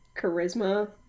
Charisma